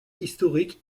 historique